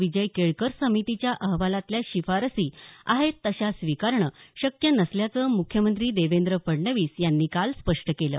विजय केळकर समितीच्या अहवालातल्या शिफारशी आहेत तशा स्वीकारणं शक्य नसल्याचं मुख्यमंत्री देवेंद्र फडणवीस यांनी काल स्पष्ट केलं